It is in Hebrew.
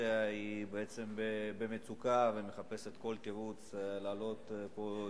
האופוזיציה בעצם במצוקה ומחפשת כל תירוץ להעלות פה עוד דיון,